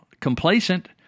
Complacent